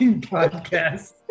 podcast